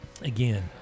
again